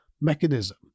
mechanism